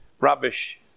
rubbish